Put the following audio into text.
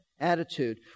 attitude